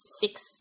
six